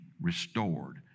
restored